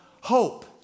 hope